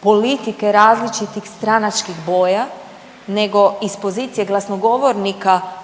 politike različitih stranačkih boja, nego iz pozicije glasnogovornika upravo